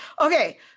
Okay